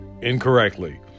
incorrectly